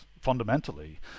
fundamentally